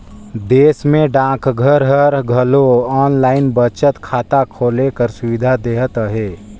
देस में डाकघर हर घलो आनलाईन बचत खाता खोले कर सुबिधा देहत अहे